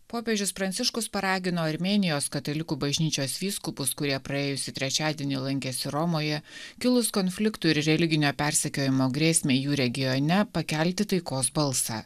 popiežius pranciškus paragino armėnijos katalikų bažnyčios vyskupus kurie praėjusį trečiadienį lankėsi romoje kilus konfliktui ir religinio persekiojimo grėsmei jų regione pakelti taikos balsą